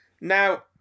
Now